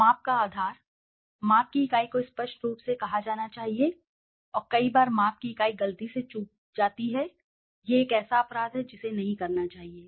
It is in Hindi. माप का आधार माप की इकाई को स्पष्ट रूप से कहा जाना चाहिए और कई बार माप की इकाई गलती से चूक जाती है यह एक ऐसा अपराध है जिसे नहीं करना चाहिए